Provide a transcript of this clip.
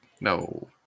No